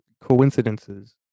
coincidences